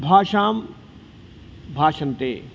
भाषां भाषन्ते